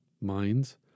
minds